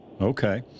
Okay